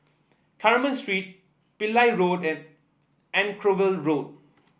Carmen Street Pillai Road and Anchorvale Road